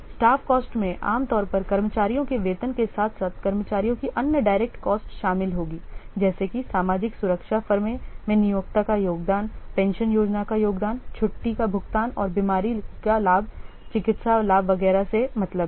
staff cost में आम तौर पर कर्मचारियों के वेतन के साथ साथ कर्मचारियों की अन्य डायरेक्ट कॉस्ट शामिल होगी जैसे कि सामाजिक सुरक्षा फर्मों में नियोक्ता का योगदान पेंशन योजना का योगदान छुट्टी का भुगतान और बीमारी का लाभ मुझे चिकित्सा लाभ वगैरह से मतलब है